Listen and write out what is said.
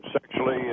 sexually